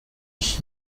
ich